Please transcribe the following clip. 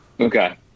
Okay